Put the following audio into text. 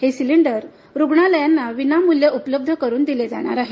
हे सिलिंडर रुग्णालयांना विनामूल्य उपलब्ध करून दिले जाणार आहेत